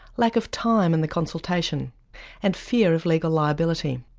lack of time in the consultation and fear of legal liability.